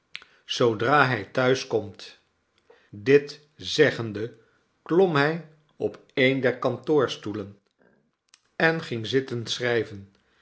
zoodra hy thuis komt dit zeggende klom hij op een der kantoorstoelen en ging zitten schrijven